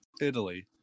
Italy